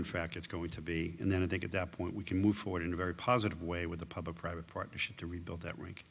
in fact it's going to be and then i think at that point we can move forward in a very positive way with the public private partnership to rebuild that rink